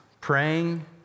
praying